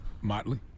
Motley